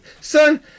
Son